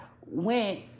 went